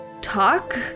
talk